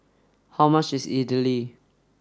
how much is Idly